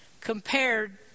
compared